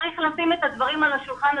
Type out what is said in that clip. וצריך לשים את הדברים על השולחן,